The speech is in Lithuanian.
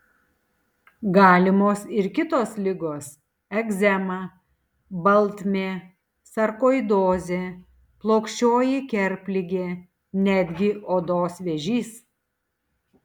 galimos ir kitos ligos egzema baltmė sarkoidozė plokščioji kerpligė netgi odos vėžys